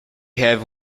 have